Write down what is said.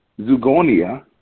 zugonia